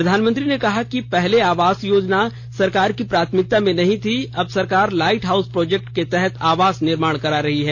प्रधानमंत्री ने कहा कि पहले आवास योजना सरकार की प्राथमिकता में नहीं थी अब सरकार लाईट हाउस प्रोजेक्ट के तहत आवास निर्माण करा रही है